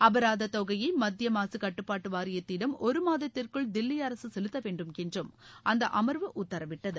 அபராத தொகையை மத்திய மாசு கட்டுப்பாட்டு வாரியத்திடம் ஒரு மாதத்திற்குள் தில்லி அரசு செலுத்த வேண்டும் என்றும் அந்த அமர்வு உத்தரவிட்டது